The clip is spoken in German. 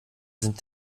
sind